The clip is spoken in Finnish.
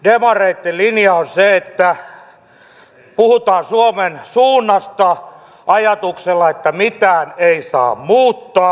demareitten linja on se että puhutaan suomen suunnasta ajatuksella että mitään ei saa muuttaa